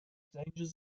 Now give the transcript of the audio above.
dangers